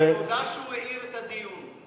תודה שהוא העיר את הדיון.